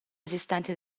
esistenti